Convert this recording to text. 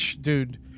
dude